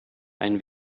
ein